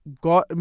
God